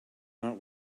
not